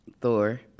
Thor